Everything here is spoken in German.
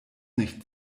nicht